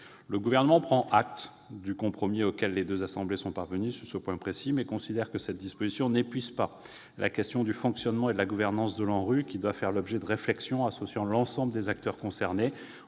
Le Gouvernement prend acte du compromis auquel les deux assemblées sont parvenues sur ce point précis, mais considère que cette disposition n'épuise pas la question du fonctionnement et de la gouvernance de l'ANRU, qui doivent faire l'objet d'une réflexion associant l'ensemble des acteurs concernés.